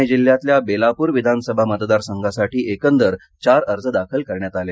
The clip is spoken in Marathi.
ठाणे जिल्ह्यातल्या बेलापूर विधानसभा मतदारसंघासाठी एकंदर चार अर्ज दाखल करण्यात आले